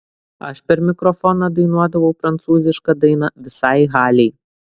aš per mikrofoną dainuodavau prancūzišką dainą visai halei